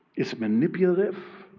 it's manipulative.